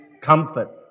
comfort